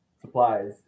supplies